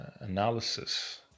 analysis